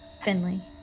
Finley